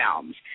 films